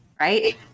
right